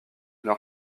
leur